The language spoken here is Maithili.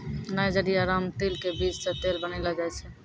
नाइजर या रामतिल के बीज सॅ तेल बनैलो जाय छै